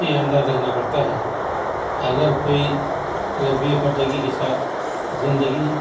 کے اندر رہنا پڑتا ہے اگر کوئی اگر بے پردگی کے ساتھ زندگی